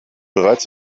bereits